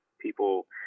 people